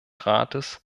rates